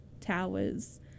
towers